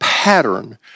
pattern